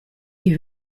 die